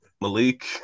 Malik